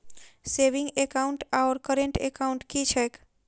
Saving account आओर current account की छैक?